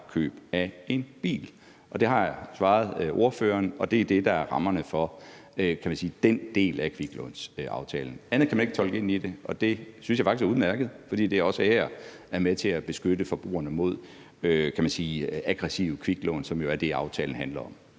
køb af en bil, og det har jeg svaret spørgeren, og det er det, der er rammerne for den del af kviklånsaftalen. Andet kan man ikke tolke ind i det, og det synes jeg faktisk også er udmærket. For det er med til at beskytte forbrugerne mod aggressive kviklån, hvilket jo også er det, som aftalen handler om.